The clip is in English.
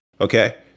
Okay